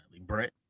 brett